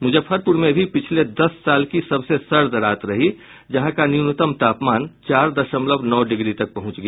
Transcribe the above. मुजफ्फरपुर में भी पिछले दस साल की सबसे सर्द रात रही जहां का न्यूनतम तापमान चार दशमलव नौ डिग्री तक पहुंच गया